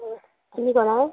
कितें जालां